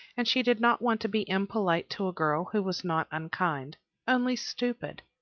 and she did not want to be impolite to a girl who was not unkind only stupid.